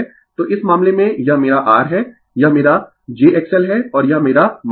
तो इस मामले में यह मेरा R है यह मेरा jXL है और यह मेरा jXC है यह कैपेसिटिव है